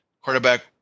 quarterback